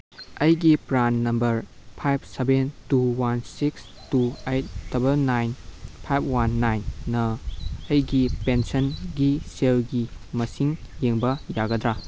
ꯑꯩꯒꯤ PRAN number five seven two one six two eight double nine five one ꯅꯥꯏꯟꯅ ꯑꯩꯒꯤ ꯄꯦꯟꯁꯟꯒꯤ ꯁꯦꯜꯒꯤ ꯃꯁꯤꯡ ꯌꯦꯡꯕ ꯌꯥꯒꯗ꯭ꯔꯥ